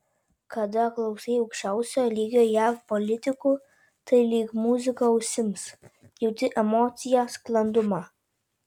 kada klausai aukščiausio lygio jav politikų tai lyg muzika ausims jauti emociją sklandumą